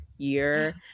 year